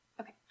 Okay